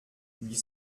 huit